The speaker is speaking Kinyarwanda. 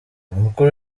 umukuru